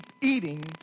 eating